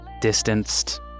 distanced